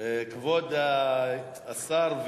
צהבת ואחרות.